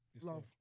Love